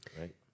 right